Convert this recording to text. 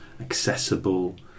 accessible